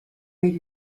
made